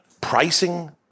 pricing